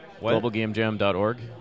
globalgamejam.org